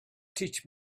teach